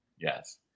yes